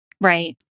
Right